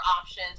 options